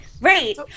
right